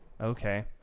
Okay